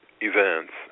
events